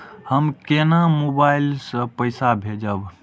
हम केना मोबाइल से पैसा भेजब?